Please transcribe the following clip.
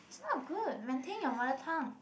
it's not good maintain your mother tongue